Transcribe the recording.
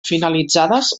finalitzades